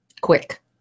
quick